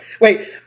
Wait